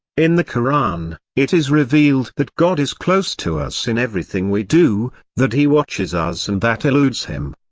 in the koran, it is revealed that god is close to us in everything we do that he watches us and that eludes him.